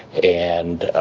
and,